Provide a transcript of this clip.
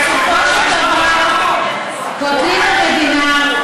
בסופו של דבר פרקליט המדינה,